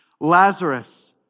Lazarus